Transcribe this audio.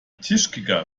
tischkicker